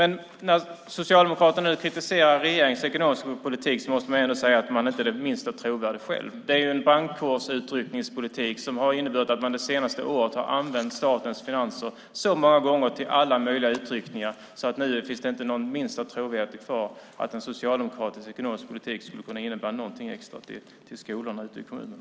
När Socialdemokraterna nu kritiserar regeringens ekonomiska politik måste man ändå säga att de inte är det minsta trovärdiga själva. Det är en brandkårsutryckningspolitik som har inneburit att man under de senaste åren har använt statens finanser så många gånger till alla möjliga utryckningar att det nu inte finns det minsta trovärdighet kvar för att en socialdemokratisk ekonomisk politik skulle innebära något extra till skolorna ute i kommunerna.